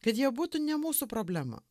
kad jie būtų ne mūsų problema